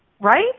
right